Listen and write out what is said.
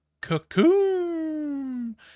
cocoon